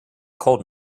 cold